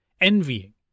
envying